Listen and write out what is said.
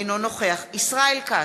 אינו נוכח ישראל כץ,